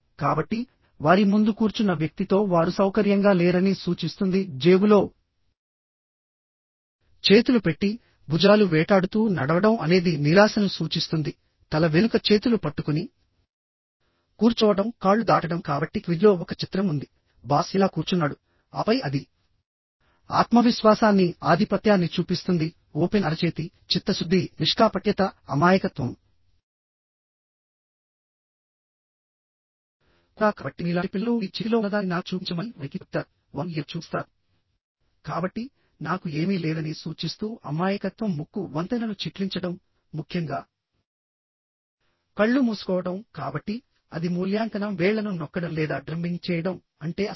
కాబట్టి వారి ముందు కూర్చున్న వ్యక్తితో వారు సౌకర్యంగా లేరని సూచిస్తుంది జేబులో చేతులు పెట్టి భుజాలు వేటాడుతూ నడవడం అనేది నిరాశను సూచిస్తుంది తల వెనుక చేతులు పట్టుకుని కూర్చోవడం కాళ్ళు దాటడం కాబట్టి క్విజ్లో ఒక చిత్రం ఉంది బాస్ ఇలా కూర్చున్నాడు ఆపై అది ఆత్మవిశ్వాసాన్ని ఆధిపత్యాన్ని చూపిస్తుంది ఓపెన్ అరచేతి చిత్తశుద్ధి నిష్కాపట్యత అమాయకత్వం కూడా కాబట్టి మీలాంటి పిల్లలు మీ చేతిలో ఉన్నదాన్ని నాకు చూపించమని వారికి చెప్తారు వారు ఇలా చూపిస్తారు కాబట్టి నాకు ఏమీ లేదని సూచిస్తూ అమాయకత్వం ముక్కు వంతెనను చిట్లించడంముఖ్యంగా కళ్ళు మూసుకోవడం కాబట్టి అది మూల్యాంకనం వేళ్ళను నొక్కడం లేదా డ్రమ్మింగ్ చేయడం అంటే అసహనం